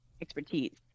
expertise